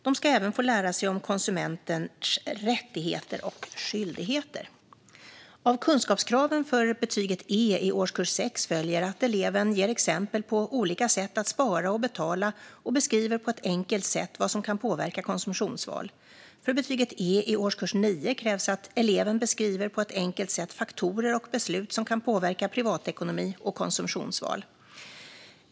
De ska även få lära sig om konsumenters rättigheter och skyldigheter. Av kunskapskraven för betyget E i årskurs 6 följer att "eleven ger exempel på olika sätt att spara och betala och beskriver på ett enkelt sätt vad som kan påverka konsumtionsval". För betyget E i årskurs 9 krävs att "eleven beskriver på ett enkelt sätt faktorer och beslut som kan påverka privatekonomi och konsumtionsval".